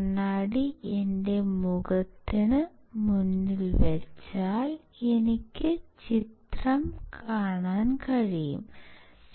കണ്ണാടി എന്റെ മുഖത്തിന് മുന്നിൽ വച്ചാൽ എനിക്ക് ചിത്രം കാണാൻ കഴിയും